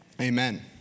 Amen